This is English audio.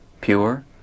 pure